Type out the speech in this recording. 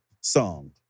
song